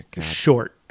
short